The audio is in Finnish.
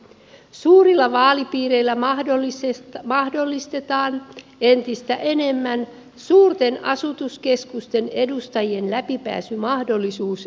suurilla vaalipiireillä mahdollistetaan entistä enemmän suurten asutuskeskusten edustajien läpipääsy eduskuntaan